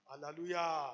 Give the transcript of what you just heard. Hallelujah